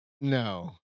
No